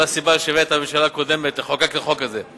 זו הסיבה שהביאה את הממשלה הקודמת לחוקק את החוק הזה.